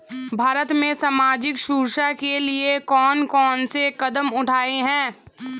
भारत में सामाजिक सुरक्षा के लिए कौन कौन से कदम उठाये हैं?